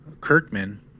Kirkman